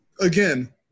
Again